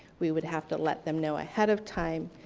we would have to let them know ahead of time,